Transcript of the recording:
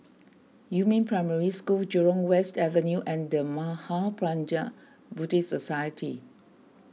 Yumin Primary School Jurong West Avenue and the Mahaprajna Buddhist Society